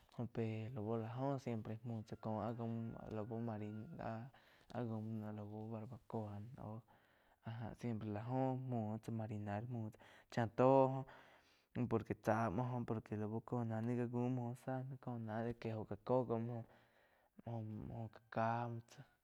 Jó pe lau lá joh siempre muo tsá có áh lau marinado áh jaum no lau barbacoa áh já siempre la joh muo tzá marinar chá tó por que tzá muo joh por que laú cóh náh nain gá guim muo záh cóh ná de que oh ja cóh juam de oh-oh gá ká muo tsá.